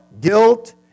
guilt